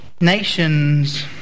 nations